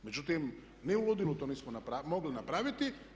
Međutim, ni u ludilu to nismo mogli napraviti.